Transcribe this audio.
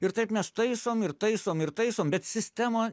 ir taip mes taisom ir taisom ir taisom bet sistema